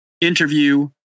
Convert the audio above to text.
interview